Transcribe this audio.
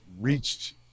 reached